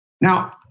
Now